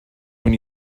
when